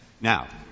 Now